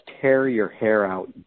tear-your-hair-out